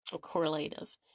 correlative